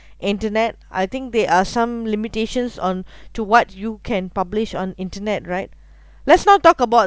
internet I think they are some limitations on to what you can publish on internet right let's not talk about